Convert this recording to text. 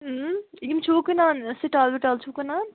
یِم چھُوٕ کٕنان سِٹال وِٹال چھِو کٕنان